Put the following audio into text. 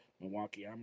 Milwaukee